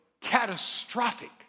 catastrophic